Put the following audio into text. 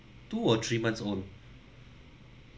two or three months old